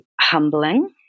humbling